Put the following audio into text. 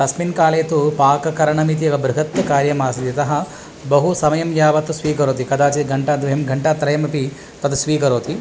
तस्मिन् काले तु पाककरणम् इति एव बृहत्त कार्यम् आसीत् यतः बहुसमयं यावत् स्वीकरोति कदाचित् घण्टाद्वयं घण्टात्रयमपि तत् स्वीकरोति